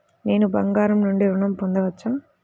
నేను బంగారం నుండి ఋణం పొందవచ్చా?